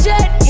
Jet